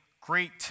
great